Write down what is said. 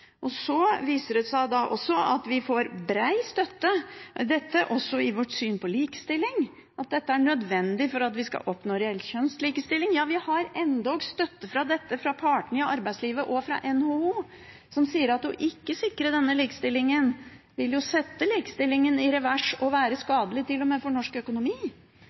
viser seg også at vi har bred støtte i vårt syn på likestilling, at dette er nødvendig for at vi skal oppnå reell kjønnslikestilling. Ja, vi har endog støtte fra partene i arbeidslivet og fra NHO, som sier at ikke å sikre denne likestillingen vil sette likestillingen i revers og til og med være skadelig for norsk økonomi.